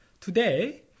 Today